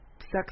sex